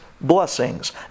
blessings